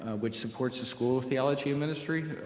which supports the school of theology of ministry.